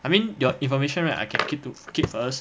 I mean your information I can keep to keep first